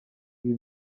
ibi